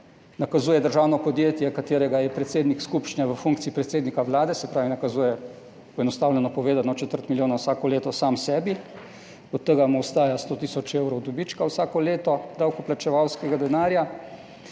nakazuje državno podjetje, katerega je predsednik skupščine v funkciji predsednika Vlade, se pravi, nakazuje poenostavljeno povedano, četrt milijona vsako leto sam sebi, od tega mu ostaja 100 tisoč evrov dobička vsako leto davkoplačevalskega denarja.